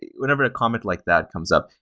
whenever a comment like that comes up,